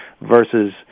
versus